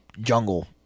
jungle